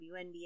WNBA